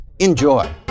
Enjoy